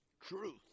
truth